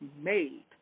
made